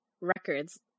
records